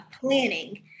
planning